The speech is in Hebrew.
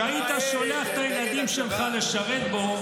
שהיית שולח את הילדים שלך לשרת בו,